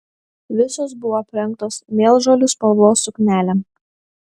visos buvo aprengtos mėlžolių spalvos suknelėm